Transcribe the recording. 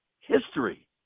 history